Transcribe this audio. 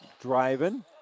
driving